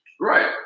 Right